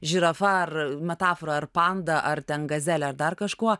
žirafa ar metafora ar panda ar ten gazele ar dar kažkuo